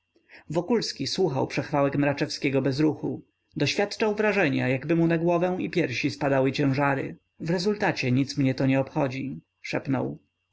wokulski słuchał przechwałek mraczewskiego bez ruchu doświadczał wrażenia jakby mu na głowę i na piersi spadały ciężary w rezultacie nic mnie to nie obchodzi